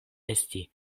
esti